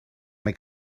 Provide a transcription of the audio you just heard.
mae